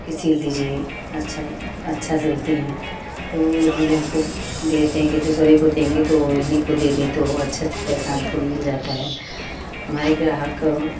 कि सिल दीजिए अच्छा अच्छा सिलती हैं तो ऊ लोग भी हमको दे देते हैं कि दूसरों को देंगे तो इन्हीं को दे दें तो अच्छा सा पैसा हमको मिल जाता है हमारे ग्राहकों